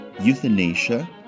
euthanasia